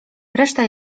reszta